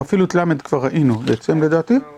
אפילו את ל כבר ראינו בעצם, לדעתי.